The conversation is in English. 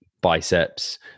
biceps